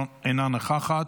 אינה נוכחת,